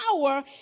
power